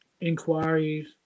inquiries